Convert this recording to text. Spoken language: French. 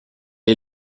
est